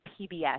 PBS